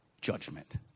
judgment